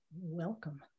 Welcome